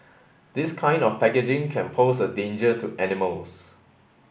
this kind of packaging can pose a danger to animals